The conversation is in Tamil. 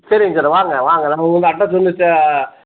சரிங்க சார் வாங்க வாங்க உங்கள் அட்ரஸ் வந்து ச